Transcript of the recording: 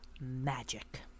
magic